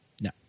No